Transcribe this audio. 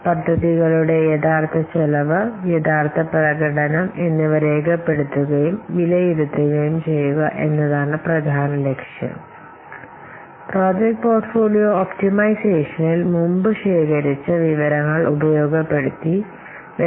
പദ്ധതികളുടെ യഥാർത്ഥ ചെലവ് യഥാർത്ഥ പ്രകടനം എന്നിവ രേഖപ്പെടുത്തുകയും വിലയിരുത്തുകയും ചെയ്യുക എന്നതാണ് പ്രധാന ലക്ഷ്യം അവ വികസിപ്പിക്കുകയും പ്രോജക്റ്റ് പോർട്ട്ഫോളിയോ ഒപ്റ്റിമൈസേഷനിൽ അതിന്റെ പേര് സൂചിപ്പിക്കുന്നത് പോലെ ഇവിടെ എന്താണ് സംഭവിക്കുന്നതെന്ന് മുകളിൽ കാണിച്ച വിവരങ്ങൾ ഇവിടെ കാണുകയും ചെയ്യും